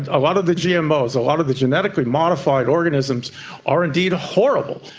a lot of the gmos, a lot of the genetically modified organisms are indeed horrible.